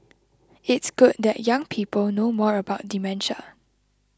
it's good that young people know more about dementia